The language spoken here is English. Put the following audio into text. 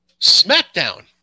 SmackDown